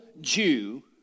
Jew